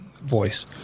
voice